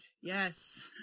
Yes